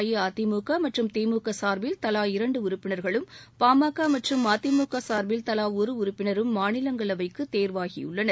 அஇஅதிமுக திமுக சார்பில் தலா இரண்டு உறுப்பினர்களும் பா ம க மற்றும் மதிமுக சார்பில் தலா ஒரு உறுப்பினரும் மாநிலங்களவைக்கு தேர்வாகியுள்ளனர்